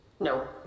No